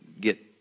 get